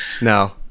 No